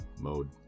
mode